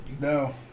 No